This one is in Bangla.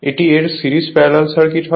এটি এর সিরিজ প্যারালাল সার্কিটের হয়